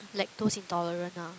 lactose intolerant ah